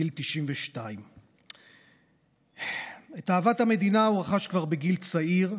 בגיל 92. את אהבת המדינה הוא רכש כבר בגיל צעיר.